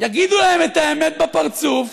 יגידו להם את האמת בפרצוף,